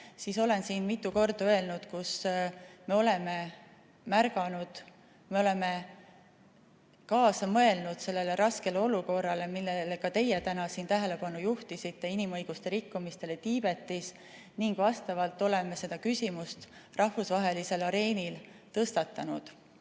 siis olen siin mitu korda öelnud, kus me oleme märganud ja kaasa mõelnud sellele raskele olukorrale, millele ka teie täna siin tähelepanu juhtisite, inimõiguste rikkumisele Tiibetis. Oleme seda küsimust ka rahvusvahelisel areenil tõstatanud.